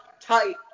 tight